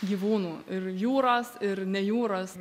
gyvūnų ir jūros ir ne jūros